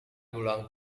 ulang